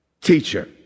teacher